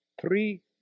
three